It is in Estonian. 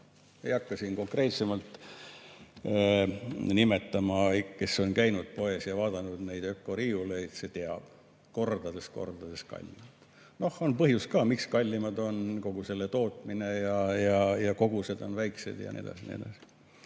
Ei hakka siin konkreetsemalt nimetama – kes on käinud poes ja vaadanud neid ökoriiuleid, see teab. Kordades-kordades kallimad. Noh, on põhjus ka, miks kallimad on, kogu see tootmine ja kogused on väikesed ja nii edasi.